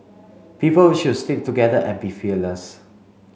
people should stick together and be fearless